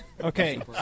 Okay